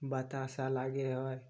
बाताशा लागै हइ